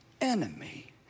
enemy